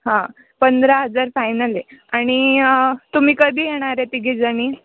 हां पंधरा हजार फायनल आहे आणि तुम्ही कधी येणार आहे तिघीजणी